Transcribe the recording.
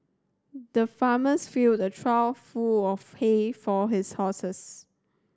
the farmers filled a trough full of hay for his horses